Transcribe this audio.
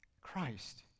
Christ